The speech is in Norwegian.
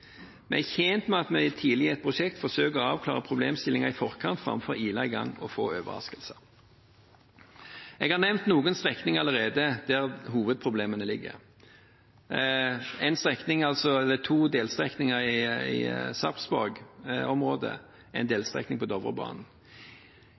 vi må få til. Vi er tjent med at vi i forkant, tidlig i et prosjekt, forsøker å avklare problemstillingen framfor å ile i gang og få overraskelser. Jeg har allerede nevnt noen strekninger der hovedproblemene ligger. Det er to delstrekninger i Sarpsborg-området og en delstrekning på Dovrebanen.